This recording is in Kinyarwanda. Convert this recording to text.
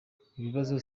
ikibazo